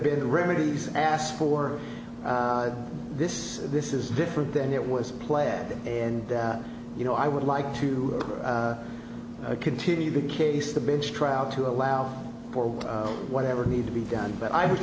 been remedies asked for this this is different than it was planned and you know i would like to continue the case the bench trial to allow for whatever need to be done but i was